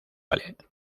ballet